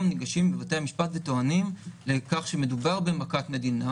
ניגשים בבתי המשפט וטוענים שמדובר במכת מדינה,